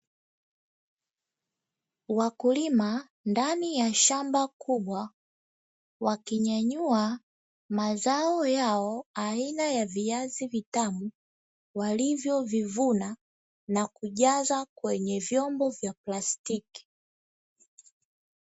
Wakulima ndani ya shamba kubwa wakinyanyua mazao yao aina ya viazi vitamu walivyovivuna na kujaza kwenye vyombo vya plastiki.